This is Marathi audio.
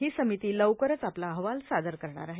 ही समिती लवकरच आपला अहवाल सादर करणार आहे